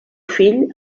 fill